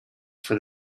for